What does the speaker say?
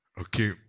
Okay